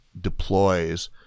deploys